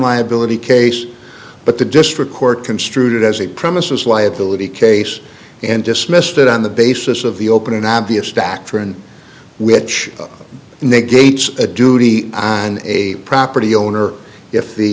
liability case but the district court construed as a premises liability case and dismissed it on the basis of the open obvious fact friend which negates a duty on a property owner if the